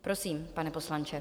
Prosím, pane poslanče.